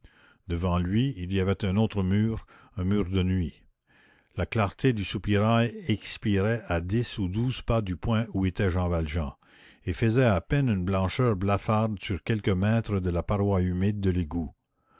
devant lui il y avait un autre mur un mur de nuit la clarté du soupirail expirait à dix ou douze pas du point où était jean valjean et faisait à peine une blancheur blafarde sur quelques mètres de la paroi humide de l'égout